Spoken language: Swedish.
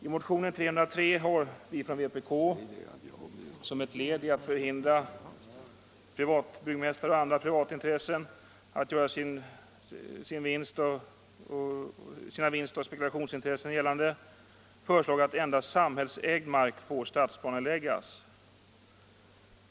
I motionen 303 har vi från vpk — som ett led i att hindra privatbyggmästare och andra privata intressenter från att göra sina vinstoch spekulationsintressen gällande — föreslagit att endast samhällsägd mark får stadsplaneläggas.